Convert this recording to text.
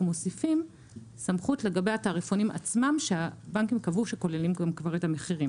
מוסיפים סמכות לגבי התעריפונים עצמם שהבנקים קבעו שכוללים גם את המחירים.